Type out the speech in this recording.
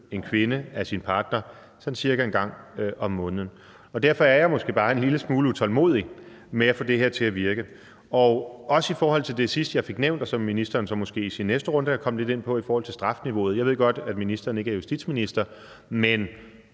en kvinde af sin partner sådan cirka en gang om måneden. Derfor er jeg måske bare en lille smule utålmodig med at få det her til at virke. Så vil jeg spørge i forhold til det sidste, som jeg fik nævnt, altså strafniveauet – som ministeren måske i sin næste runde kan komme lidt ind på; jeg ved godt, at ministeren ikke er justitsminister –